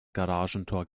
garagentor